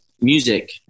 music